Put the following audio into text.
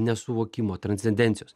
nesuvokimo transcendencijos